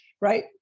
right